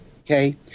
okay